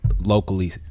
locally